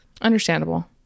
Understandable